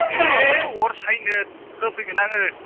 है अर सायनो होफैगोन आङो